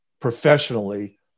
professionally